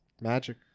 Magic